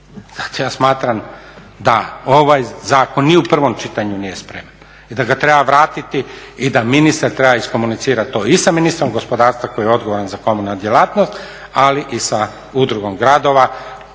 Zato ja smatram da ovaj zakon ni u prvom čitanju nije spreman i da ga treba vratiti i da ministar treba iskomunicirati to i sa ministrom gospodarstva koji je odgovoran za komunalnu djelatnost ali i sa Udrugom gradova